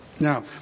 Now